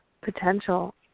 potential